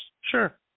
Sure